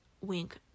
Wink